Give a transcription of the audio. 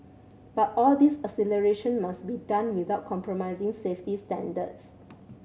but all this acceleration must be done without compromising safety standards